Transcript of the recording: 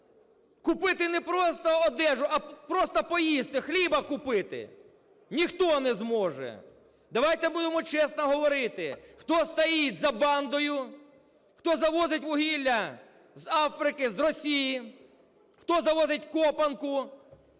купити не просто одежу, а просто поїсти, хліба купити. Ніхто не зможе. Давайте будемо чесно говорити, хто стоїть за бандою, хто завозить вугілля з Африки, з Росії, хто завозить копанку